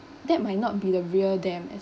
that might not be the real them as